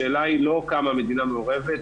השאלה היא לא כמה המדינה מעורבת,